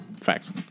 Facts